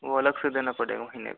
वो अलग से देना पड़ेगा महीने पे